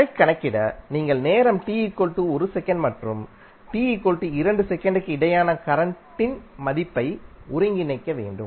அதை கணக்கிட நீங்கள் நேரம்t 1 செகண்ட் மற்றும் t 2 செகண்ட்க்குஇடையே கரண்டின் மதிப்பை ஒருங்கிணைக்க வேண்டும்